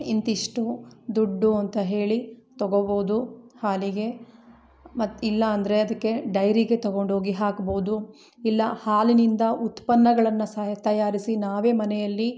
ಇಂತಿಷ್ಟು ದುಡ್ಡು ಅಂತ ಹೇಳಿ ತಗೋಬೋದು ಹಾಲಿಗೆ ಮತ್ತು ಇಲ್ಲ ಅಂದರೆ ಅದಕ್ಕೆ ಡೈರಿಗೆ ತಗೊಂಡೋಗಿ ಹಾಕ್ಬೌದು ಇಲ್ಲ ಹಾಲಿನಿಂದ ಉತ್ಪನ್ನಗಳನ್ನು ಸಹ ತಯಾರಿಸಿ ನಾವೇ ಮನೆಯಲ್ಲಿ